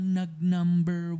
nag-number